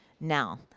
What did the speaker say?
Now